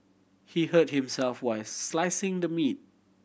he hurt himself while slicing the meat